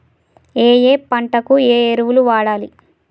ఏయే పంటకు ఏ ఎరువులు వాడాలి?